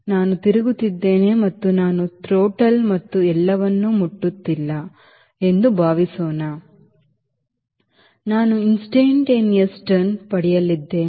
ನಾನು ತಿರುಗುತ್ತಿದ್ದೇನೆ ಮತ್ತು ನಾನು ಥ್ರೊಟಲ್ ಮತ್ತು ಎಲ್ಲವನ್ನು ಮುಟ್ಟುತ್ತಿಲ್ಲ ಎಂದು ಭಾವಿಸೋಣ ನಾನು ತತ್ಕ್ಷಣದ ತಿರುವು ಪಡೆಯಲಿದ್ದೇನೆ